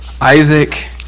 Isaac